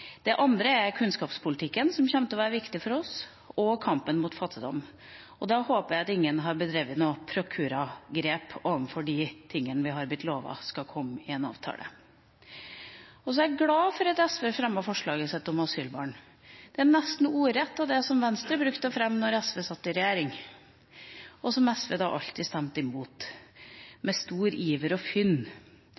Det andre som kommer til å være viktig for oss, er kunnskapspolitikken og kampen mot fattigdom. Da håper jeg ingen har tatt noen prokuragrep når det gjelder de tingene vi er blitt lovet skal komme i en avtale. Så er jeg glad for at SV fremmet forslaget sitt om asylbarn. Det er nesten ordrett det som Venstre pleide å fremme da SV satt i regjering, og som SV da alltid stemte imot